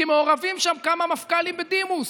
כי מעורבים שם כמה מפכ"לים בדימוס.